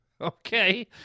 Okay